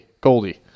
Goldie